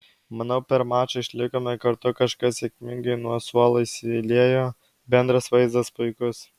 manau per mačą išlikome kartu kažkas sėkmingai nuo suolo įsiliejo bendras vaizdas puikus